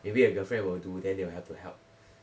maybe the girlfriend will do then they will have to help